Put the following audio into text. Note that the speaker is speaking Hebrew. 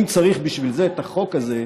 אם צריך בשביל זה את החוק הזה,